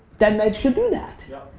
then they should do that. yep.